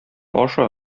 аша